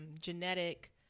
genetic